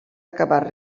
acabar